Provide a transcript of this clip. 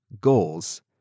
goals